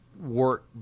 work